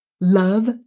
love